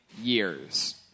years